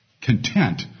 content